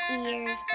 ears